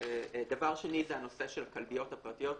דבר שני זה הנושא של הכלביות הפרטיות.